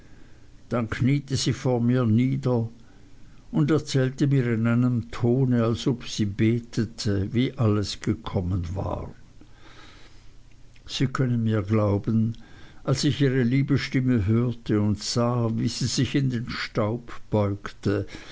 dann kniete sie vor mir nieder und erzählte mir in einem tone als ob sie betete wie alles gekommen war sie können mir glauben als ich ihre liebe stimme hörte und sah wie sie sich in den staub beugte